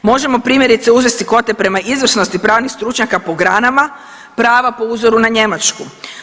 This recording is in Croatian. Možemo primjerice, uzeti kvote prema izvrsnosti pravnih stručnjaka po granama prava po uzoru na Njemačku.